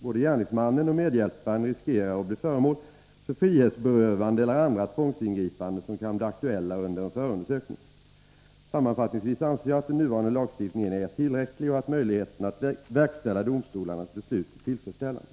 Både gärningsmannen och medhjälparen riskerar att bli föremål för frihetsberövande eller andra tvångsingripanden som kan bli aktuella under en förundersökning. Sammanfattningsvis anser jag att den nuvarande lagstiftningen är tillräcklig och att möjligheten att verkställa domstolarnas beslut är tillfredsställande.